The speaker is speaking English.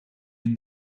mean